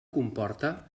comporta